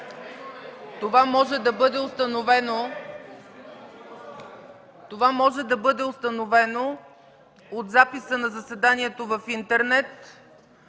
Това може да бъде установено от записа на заседанието в интернет,